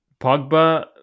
Pogba